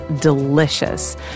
delicious